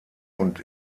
und